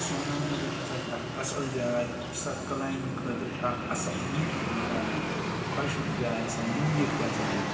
سونامرگ ہَسا چھِ اکھ اصل جاے یۄس کلایمبِنٛگ خٲطرٕ چھِ اکھ اَصل بیوٹفُل جاے خۄشوٕنۍ جاے یوٗنیٖک تہِ ہَسا چھِ